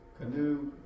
Canoe